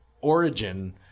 origin